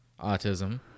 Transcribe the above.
autism